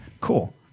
Cool